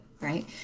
right